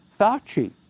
Fauci